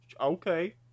Okay